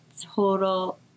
Total